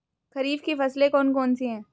खरीफ की फसलें कौन कौन सी हैं?